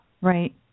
Right